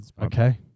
Okay